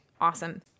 Awesome